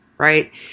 Right